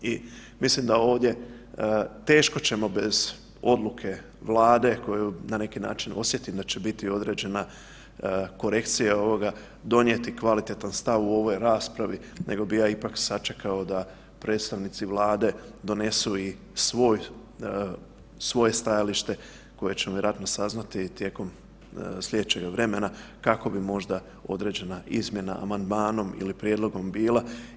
I mislim da ćemo ovdje teško bez odluke Vlade koju na neki način osjetim da će biti određena korekcija ovoga, donijeti kvalitetan stav u ovoj raspravi nego bi ja ipak sačekao da predstavnici Vlade donesu i svoje stajalište koje ćemo vjerojatno saznati tijekom sljedećega vremena kako bi možda određena izmjena amandmanom ili prijedlogom bila.